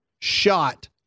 shot